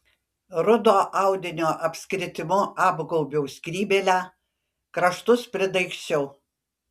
rudo audinio apskritimu apgaubiau skrybėlę kraštus pridaigsčiau